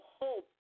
hope